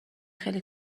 خیلی